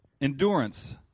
Endurance